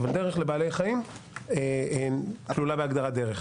אבל דרך לבעלי חיים כלולה בהגדרת דרך.